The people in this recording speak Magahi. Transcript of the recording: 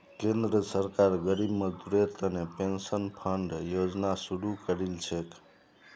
केंद्र सरकार गरीब मजदूरेर तने पेंशन फण्ड योजना शुरू करील छेक